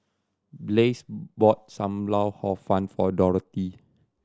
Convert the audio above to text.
Blaise bought Sam Lau Hor Fun for Dorathy